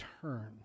turn